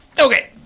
Okay